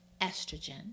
estrogen